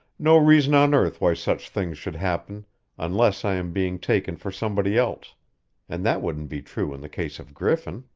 no reason on earth why such things should happen unless i am being taken for somebody else and that wouldn't be true in the case of griffin.